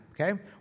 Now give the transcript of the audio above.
okay